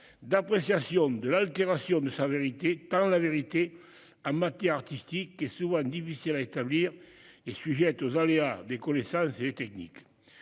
d'appréciation de l'altération de sa vérité, tant la vérité en matière artistique est souvent difficile à établir et sujette aux aléas des connaissances et des techniques.